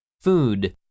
Food